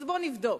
אז בואו נבדוק,